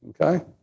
okay